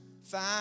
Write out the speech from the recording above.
fine